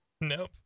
Nope